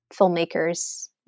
filmmakers